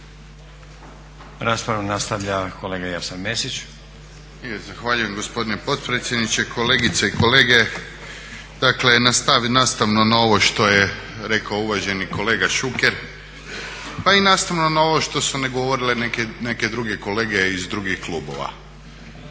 Raspravu nastavlja kolega Jasen Mesić. **Mesić, Jasen (HDZ)** Zahvaljujem gospodine potpredsjedniče. Kolegice i kolege. Dakle nastavno na ovo što je rekao uvaženi kolega Šuker, pa i nastavno na ovo što su govorile neke druge kolege iz drugih klubova.